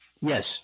Yes